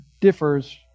differs